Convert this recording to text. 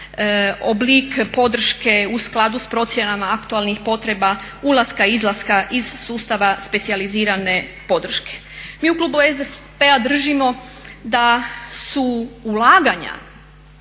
oblik podrške u skladu s procjenama aktualnih potreba ulaska i izlaska iz sustava specijalizirane podrške. Mi u klubu SDP-a držimo da su ulaganja